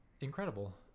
incredible